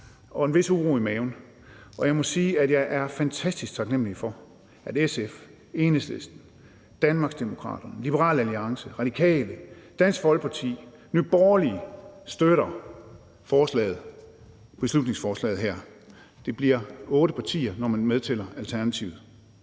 og en vis uro i maven, og jeg må sige, at jeg er fantastisk taknemlig for, at SF, Enhedslisten, Danmarksdemokraterne, Liberal Alliance, Radikale, Dansk Folkeparti og Nye Borgerlige støtter beslutningsforslaget her. Det bliver otte partier, når man tæller Alternativet